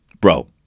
bro